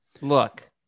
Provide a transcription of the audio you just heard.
Look